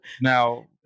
now